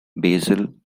basil